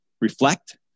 reflect